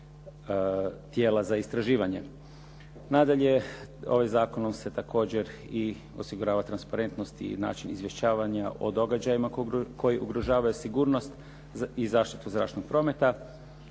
tijela za istraživanje. Nadalje, ovim zakonom se također i osigurava transparentnost i način izvještavanja o događajima koji ugrožavaju sigurnost i zaštitu zračnog prometa.